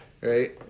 Right